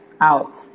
out